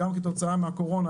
גם כתוצאה מהקורונה,